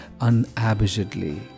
unabashedly